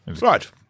Right